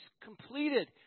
completed